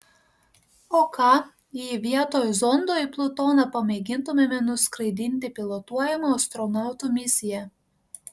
o ką jei vietoj zondo į plutoną pamėgintumėme nuskraidinti pilotuojamą astronautų misiją